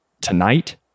tonight